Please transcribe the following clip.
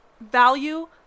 value